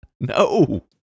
No